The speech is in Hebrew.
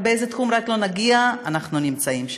באיזה תחום שנגיע, אנחנו נמצאים שם.